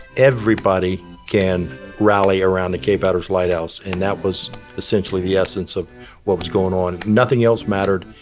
everybody can rally around the cape hatteras lighthouse, and that was essentially the essence of what was going on. nothing else mattered.